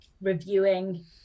reviewing